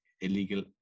illegal